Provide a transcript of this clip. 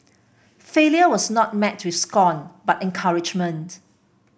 failure was not met with scorn but encouragement